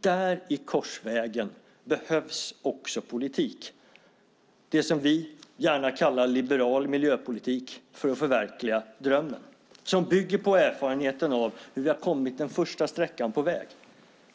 Där, i korsvägen, behövs också politik - det som vi gärna kallar liberal miljöpolitik - för att förverkliga drömmen. Den bygger på erfarenheten av hur vi har kommit den första sträckan på väg.